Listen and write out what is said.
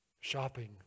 shopping